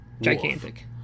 Gigantic